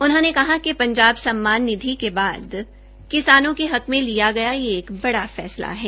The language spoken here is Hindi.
उन्होंने कहा कि पंजाब सम्मान निधि के बाद किसानों के हक मे लिया गया यह एक बड़ा फैसला है